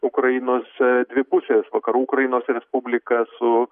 ukrainos dvi pusės vakarų ukrainos respublika su